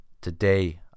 today